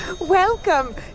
Welcome